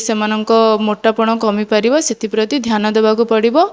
ସେମାନଙ୍କ ମୋଟାପଣ କମିପାରିବ ସେଥିପ୍ରତି ଧ୍ୟାନ ଦେବାକୁ ପଡ଼ିବ